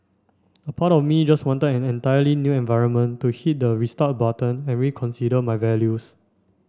a part of me just wanted an entirely new environment to hit the restart button and reconsider my values